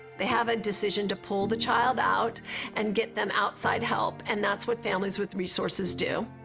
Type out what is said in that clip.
they have a decision to pull the child out and get them outside help and that's what families with resources do,